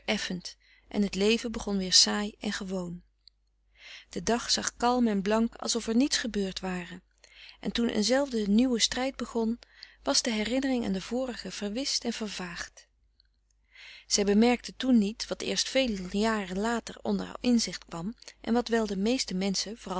en het leven begon weer saai en gewoon de dag zag kalm en blank alsof er niets gebeurd ware en toen eenzelfde nieuwe strijd begon was de herinnering aan de vorige verwischt en vervaagd zij bemerkte toen niet wat eerst veel jaren later onder haar inzicht kwam en wat wel de meeste menschen vooral